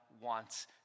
wants